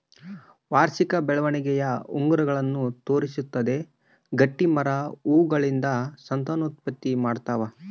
ವಾರ್ಷಿಕ ಬೆಳವಣಿಗೆಯ ಉಂಗುರಗಳನ್ನು ತೋರಿಸುತ್ತದೆ ಗಟ್ಟಿಮರ ಹೂಗಳಿಂದ ಸಂತಾನೋತ್ಪತ್ತಿ ಮಾಡ್ತಾವ